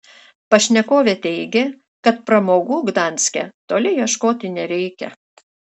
pašnekovė teigė kad pramogų gdanske toli ieškoti nereikia